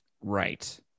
Right